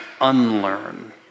unlearn